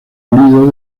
unido